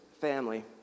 family